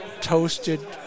Toasted